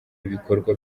ibikorwa